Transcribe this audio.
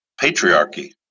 patriarchy